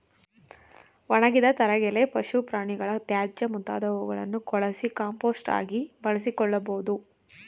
ಒಣಗಿದ ತರಗೆಲೆ, ಪಶು ಪ್ರಾಣಿಗಳ ತ್ಯಾಜ್ಯ ಮುಂತಾದವುಗಳನ್ನು ಕೊಳಸಿ ಕಾಂಪೋಸ್ಟ್ ಆಗಿ ಬಳಸಿಕೊಳ್ಳಬೋದು